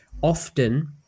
often